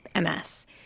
MS